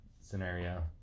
scenario